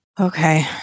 okay